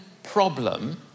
problem